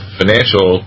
financial